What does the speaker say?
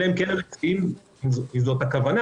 אלא אם כן זאת הכוונה,